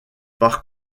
par